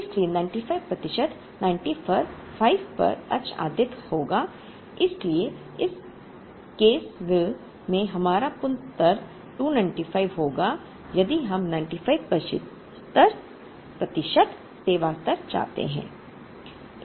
इसलिए 95 प्रतिशत 95 पर आच्छादित होगा इसलिए इस कैसविल में हमारा पुन स्तर स्तर 295 होगा यदि हम 95 प्रतिशत सेवा स्तर चाहते थे